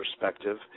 perspective